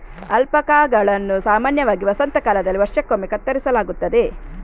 ಅಲ್ಪಾಕಾಗಳನ್ನು ಸಾಮಾನ್ಯವಾಗಿ ವಸಂತ ಕಾಲದಲ್ಲಿ ವರ್ಷಕ್ಕೊಮ್ಮೆ ಕತ್ತರಿಸಲಾಗುತ್ತದೆ